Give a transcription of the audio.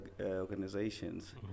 organizations